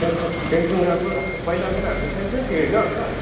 Samsung Samsung राम्रो लाग्छ पहिलाको पनि हाम्रो स्यामसङ थियो होइन अन्त